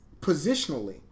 Positionally